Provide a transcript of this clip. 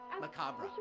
Macabre